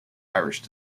irish